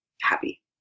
happy